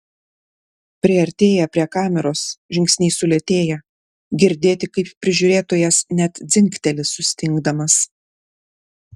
priartėję prie kameros žingsniai sulėtėja girdėti kaip prižiūrėtojas net dzingteli sustingdamas